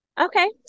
Okay